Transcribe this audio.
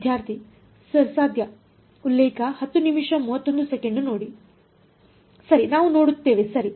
ವಿದ್ಯಾರ್ಥಿ ಸರ್ ಸಾಧ್ಯ ಸರಿ ನಾವು ನೋಡುತ್ತೇವೆ ಸರಿ